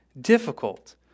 difficult